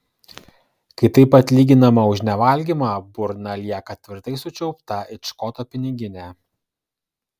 kai taip atlyginama už nevalgymą burna lieka tvirtai sučiaupta it škoto piniginė